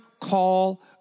call